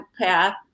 path